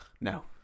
No